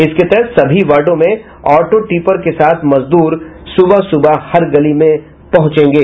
इसके तहत सभी वार्डो में ऑटो टिपर के साथ मजदूर सुबह सुबह हर गली में पहुंचेंगे